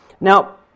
Now